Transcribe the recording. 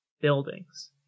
buildings